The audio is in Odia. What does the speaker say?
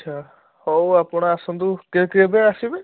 ଆଚ୍ଛା ହଉ ଆପଣ ଆସନ୍ତୁ କେବେ ଆସିବେ